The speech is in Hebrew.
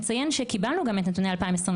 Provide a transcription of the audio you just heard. נציין שקיבלנו גם את נתוני 2022,